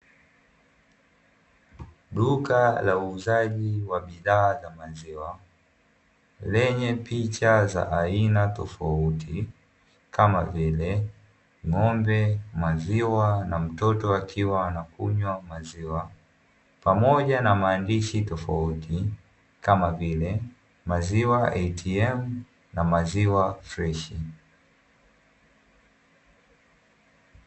Duka la uuzaji wa bidhaa za maziwa lenye picha za aina tofauti kama vile: ng’ombe, maziwa, na mtoto akiwa anakunywa maziwa, pamoja na maandishi tofauti kama vile “Maziwa ATM” na “Maziwa Freshi”.